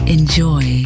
Enjoy